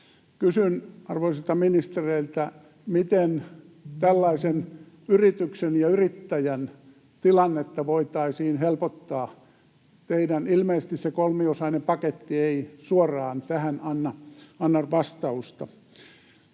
Kysyn arvoisilta ministereiltä: miten tällaisen yrityksen ja yrittäjän tilannetta voitaisiin helpottaa? Teidän ilmeisesti se kolmiosainen paketti ei suoraan tähän anna vastausta.